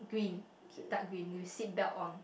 green dark green with seatbelt on